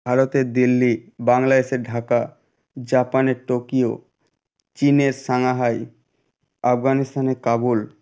ভারতের দিল্লি বাংলাদেশের ঢাকা জাপানের টোকিও চীনের সাংহাই আফগানিস্তানে কাবুল